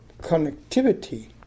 connectivity